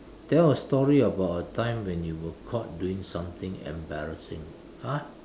tell a story about a time when you were caught doing something embarrassing !huh!